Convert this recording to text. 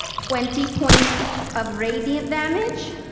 twenty points of radiant damage.